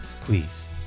Please